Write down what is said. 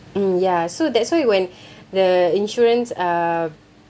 mm ya so that's why when the insurance uh